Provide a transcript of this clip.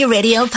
Radio